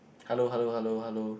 hello hello hello hello